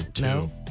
No